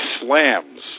slams